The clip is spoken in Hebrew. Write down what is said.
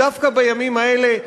דווקא בימים האלה,